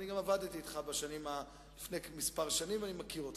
ואני גם עבדתי אתך לפני שנים מספר ואני מכיר אותך.